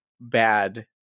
bad